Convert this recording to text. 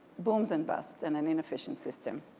booms and busts and an inefficient system.